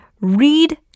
Read